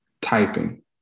typing